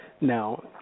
Now